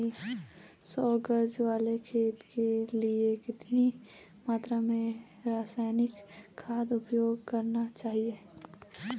सौ गज वाले खेत के लिए कितनी मात्रा में रासायनिक खाद उपयोग करना चाहिए?